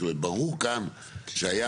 זאת אומרת ברור כאן שהיה,